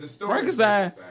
Frankenstein